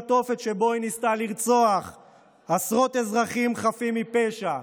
התופת שבו היא ניסתה לרצוח עשרות אזרחים חפים מפשע.